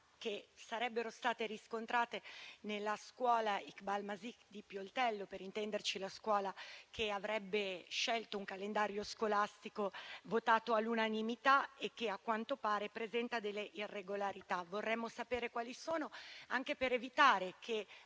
che sarebbero state riscontrate nella scuola Iqbal Masih di Pioltello. Per intenderci, la scuola che avrebbe scelto un calendario scolastico votato all'unanimità e che, a quanto pare, presenta delle irregolarità. Vorremmo sapere quali sono, anche per evitare che